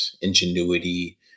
ingenuity